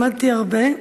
למדתי הרבה.